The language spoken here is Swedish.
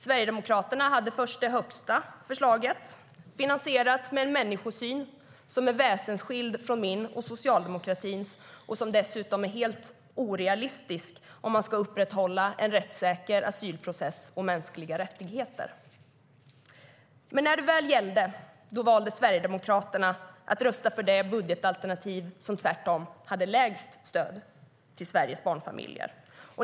Sverigedemokraterna hade först det högsta förslaget finansierat med en människosyn som är väsensskild från min och socialdemokratins och som dessutom är helt orealistisk om man ska upprätthålla en rättssäker asylprocess och mänskliga rättigheter. Men när det väl gällde valde Sverigedemokraterna att rösta för det budgetalternativ som tvärtom hade lägst stöd till Sveriges barnfamiljer.